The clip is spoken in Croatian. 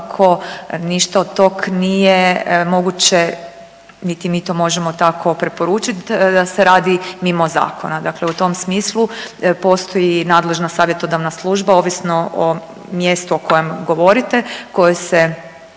ništa od tog nije moguće niti mi to možemo tako preporučiti, da se radi mimo zakona. Dakle u tom smislu postoji nadležna savjetodavna služba ovisno o mjestu o kojem govorite koje se